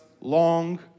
long